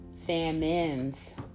famines